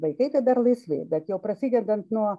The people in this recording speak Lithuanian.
vaikai tai dar laisvi bet jau prasidedant nuo